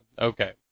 Okay